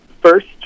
first